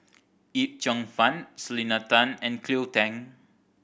Yip Cheong Fun Selena Tan and Cleo Thang